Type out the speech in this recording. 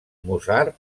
mozart